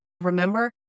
Remember